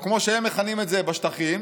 או כמו שהם מכנים את זה, בשטחים,